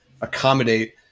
accommodate